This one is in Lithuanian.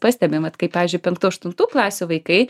pastebim vat kaip pavyzdžiui penktų aštuntų klasių vaikai